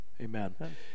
Amen